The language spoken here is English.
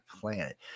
planet